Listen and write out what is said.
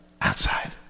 outside